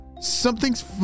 Something's